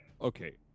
Okay